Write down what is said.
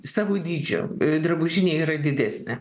savo dydžiu drabužinė yra didesnė